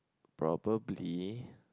probably